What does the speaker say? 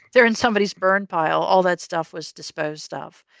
they're in somebody's burn pile. all that stuff was disposed of.